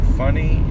funny